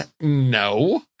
no